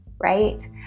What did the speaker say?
right